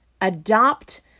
adopt